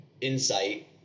insight